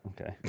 Okay